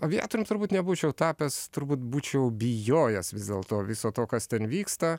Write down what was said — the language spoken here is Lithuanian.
aviatorium turbūt nebūčiau tapęs turbūt būčiau bijojęs vis dėlto viso to kas ten vyksta